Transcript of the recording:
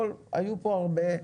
היו פה הרבה.